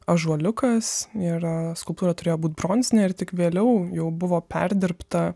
ąžuoliukas ir a skulptūra turėjo būt bronzinė ir tik vėliau jau buvo perdirbta